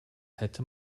hätte